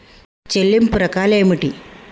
చెల్లింపు రకాలు ఏమిటి?